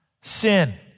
sin